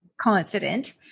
confident